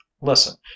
Listen